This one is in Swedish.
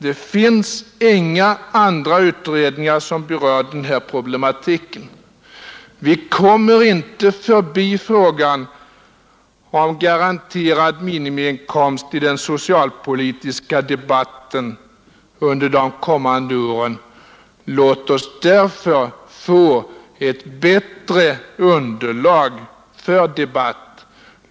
Det finns inga andra utredningar som berör denna problematik. Vi kommer inte förbi frågan om garanterad minimiinkomst i den socialpolitiska debatten under de kommande åren. Låt oss därför få ett bättre underlag för debatten!